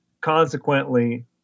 consequently